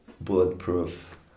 bulletproof